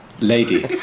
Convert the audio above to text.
lady